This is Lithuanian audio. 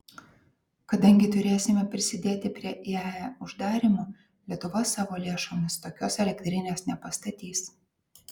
kadangi turėsime prisidėti prie iae uždarymo lietuva savo lėšomis tokios elektrinės nepastatys